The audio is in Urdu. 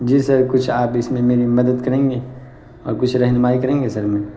جی سر کچھ آپ اس میں میری مدد کریں گے اور کچھ رہنمائی کریں گے سر